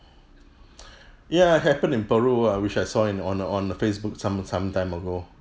ya it happen in peru uh which I saw in on on uh facebook some some time ago